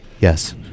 Yes